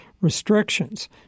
restrictions